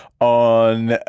On